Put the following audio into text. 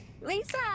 Lisa